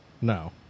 No